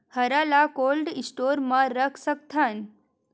हरा ल cold store म रख सकथन?